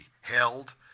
held